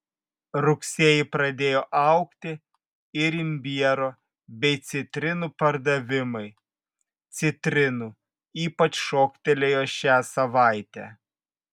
rugsėjį pradėjo augti ir imbiero bei citrinų pardavimai citrinų ypač šoktelėjo šią savaitę